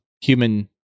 human